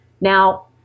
Now